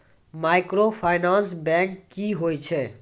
Microfinance bank की होय छै?